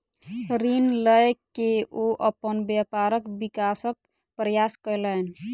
ऋण लय के ओ अपन व्यापारक विकासक प्रयास कयलैन